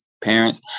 parents